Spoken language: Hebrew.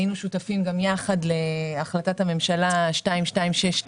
היינו שותפים גם יחד להחלטת הממשלה 2262,